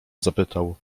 zapytał